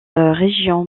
région